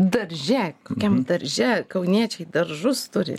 darže kokiam darže kauniečiai daržus turi